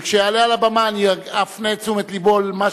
וכשיעלה על הבמה אני אפנה את תשומת לבו למה